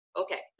okay